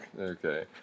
Okay